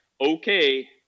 okay